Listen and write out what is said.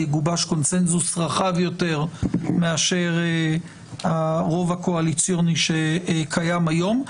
יגובש קונצנזוס רחב יותר מאשר הרוב הקואליציוני שקיים היום.